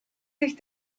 sich